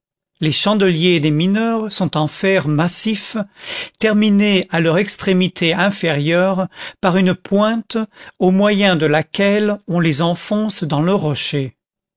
les chandeliers des mineurs sont en fer massif terminés à leur extrémité inférieure par une pointe au moyen de laquelle on les enfonce dans le rocher